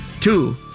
Two